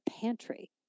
pantry